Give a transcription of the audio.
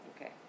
Okay